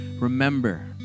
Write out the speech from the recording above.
remember